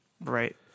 Right